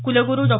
कुलगुरु डॉ